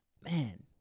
Man